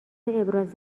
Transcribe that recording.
ابراز